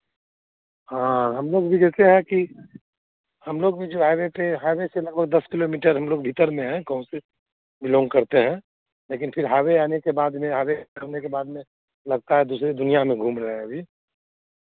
हाँ हम लोग भी जैसे है कि हम लोग भी जो हाइवे पे हाइवे से लगभग दस किलोमीटर हम लोग भीतर में हैं गाँव से बिलॉंग करते हैं लेकिन फिर हाइवे आने के बाद में हाइवे आने के बाद में लगता है दूसरी दुनियाँ में घूम रहे हैं अभी